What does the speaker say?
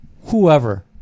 whoever